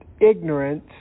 ignorance